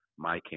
MyCamp